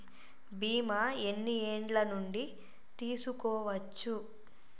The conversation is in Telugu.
బీమా ఎన్ని ఏండ్ల నుండి తీసుకోవచ్చు?